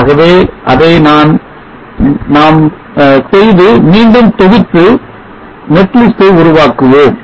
ஆகவே அதை நாம் செய்து மீண்டும் தொகுத்து net list ஐ உருவாக்குவோம்